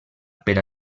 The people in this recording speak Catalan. per